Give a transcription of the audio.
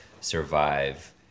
survive